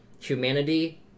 humanity